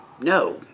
no